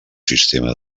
sistema